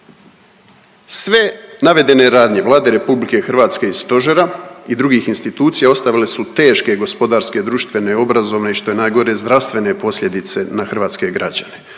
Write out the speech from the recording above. Sve navedene radnje Vlade RH i stožera i drugih institucija ostavile su teške gospodarske, društvene, obrazovne i što je najgore zdravstvene posljedice na hrvatske građane,